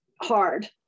hard